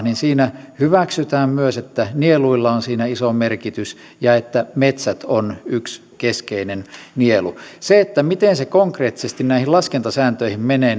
niin hyväksytään myös että nieluilla on siinä iso merkitys ja että metsät ovat yksi keskeinen nielu se jumppa miten se konkreettisesti näihin laskentasääntöihin menee